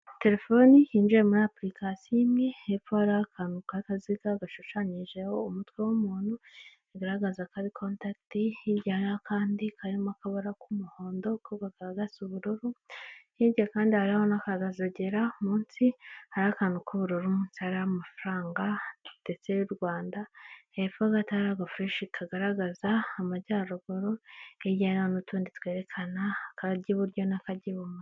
Telefoni yinjiyemo muri apuricasiyo imwe, hepfo hari akantu k’akaziga gashushanyijeho umutwe w’umuntu, kagaragaza ko ari contakiti. Hirya hariho akandi karimo akabara k’umuhondo, ko kakaba gasa ubururu. Hirya kandi hariho akazogera munsi hariho akantu k’ubururu munsi, harimo amafaranga ndetse y’uRwanda. Hepfo gato hariho agafureshi kagaragaza amajyaruguru, kegerana n’utundi twerekana aka ko iburyo n’akagibu